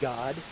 God